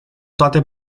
toate